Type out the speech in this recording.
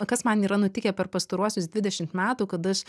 kas man yra nutikę per pastaruosius dvidešimt metų kad aš